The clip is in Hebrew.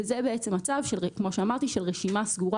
וכמו שאמרתי זה בעצם מצב של רשימה סגורה